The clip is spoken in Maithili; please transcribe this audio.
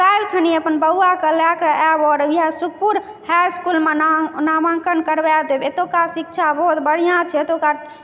काल्हिखन अपन बौआकेँ लए कऽ आएब आओर इएह सुखपुर हाई इसकुलमे नाम नामाङ्कन करबाए देब एतुका शिक्षा बहुत बढ़िआँ छै एतुका